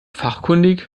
fachkundig